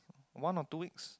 one or two weeks